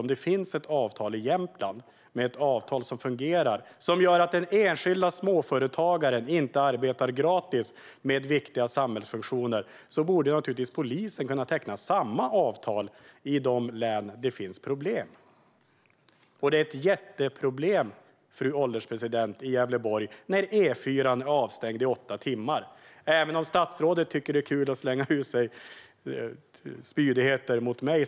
Om det finns ett avtal i Jämtland som fungerar och som gör att den enskilda småföretagaren inte arbetar gratis med viktiga samhällsfunktioner borde naturligtvis polisen kunna teckna samma avtal i de län där det finns problem. Det är ett jätteproblem, fru ålderspresident, i Gävleborg när E4:an är avstängd i åtta timmar. Jag kan leva med att statsrådet tycker att det är kul att slänga ur sig spydigheter mot mig.